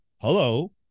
Hello